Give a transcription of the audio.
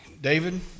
David